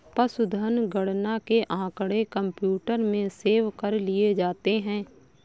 पशुधन गणना के आँकड़े कंप्यूटर में सेव कर लिए जाते हैं